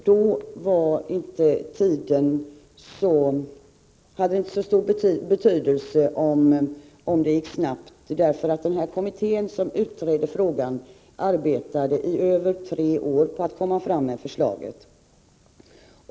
Då var snabbheten inte av så stor betydelse. Kommittén arbetade i över tre år för att komma fram med förslaget.